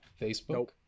Facebook